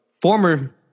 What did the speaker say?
former